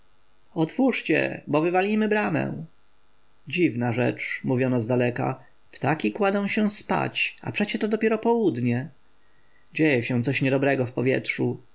otwórzcie bo wywalimy bramę dziwna rzecz mówiono zdaleka ptaki kładą się spać a przecie to dopiero południe dzieje się coś niedobrego w powietrzu